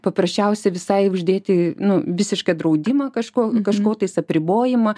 paprasčiausia visai uždėti nu visišką draudimą kažko kažko tais apribojimą